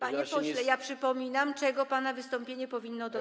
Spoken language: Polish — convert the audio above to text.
Panie pośle, ja przypominam, czego pana wystąpienie powinno dotyczyć.